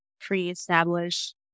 pre-established